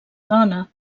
dona